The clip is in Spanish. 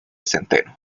centeno